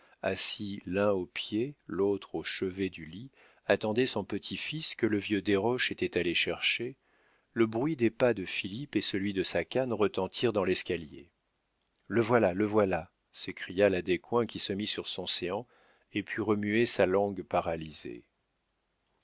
assis l'un au pied l'autre au chevet du lit attendait son petit-fils que le vieux desroches était allé chercher le bruit des pas de philippe et celui de sa canne retentirent dans l'escalier le voilà le voilà s'écria la descoings qui se mit sur son séant et put remuer sa langue paralysée